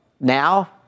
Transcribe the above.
now